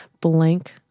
blank